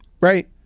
right